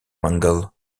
mangles